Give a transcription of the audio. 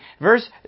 Verse